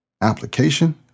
application